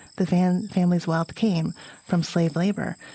the vann family's wealth came from slave labor.